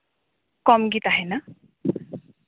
ᱠᱚᱢ ᱜᱮ ᱛᱟᱦᱮᱸᱱᱟ